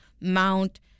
mount